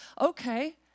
Okay